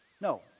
No